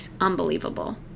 unbelievable